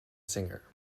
singer